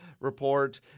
report